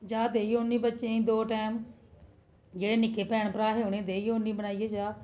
खाल्ली